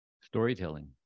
Storytelling